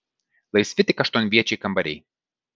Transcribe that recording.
laisvi tik aštuonviečiai kambariai